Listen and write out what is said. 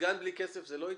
סגן בלי כסף זה לא ייצוג?